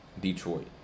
Detroit